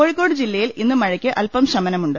കോഴിക്കോട് ജില്ലയിൽ ഇന്ന് മഴക്ക് അല്പം ശമനമമുണ്ട്